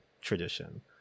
tradition